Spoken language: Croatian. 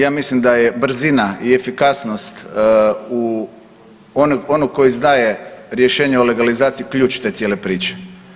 Ja mislim da je brzina i efikasnost u onom koji izdaje rješenje o legalizaciji ključ te cijele priče.